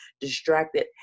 distracted